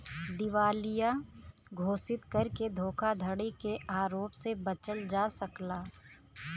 दिवालिया घोषित करके धोखाधड़ी के आरोप से बचल जा सकला